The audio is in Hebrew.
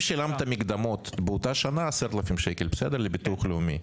אם שילמת באותה השנה 10,000 ₪ מקדמה לביטוח הלאומי,